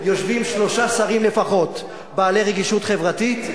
יושבים שלושה שרים לפחות בעלי רגישות חברתית,